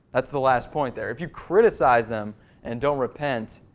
that's the last point there. if you criticize them and don't repent,